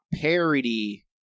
parody